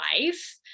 life